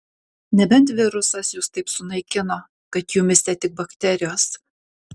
nebent virusas jus taip sunaikino kad jumyse tik bakterijos